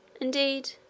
Indeed